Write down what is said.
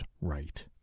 right